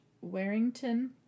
Warrington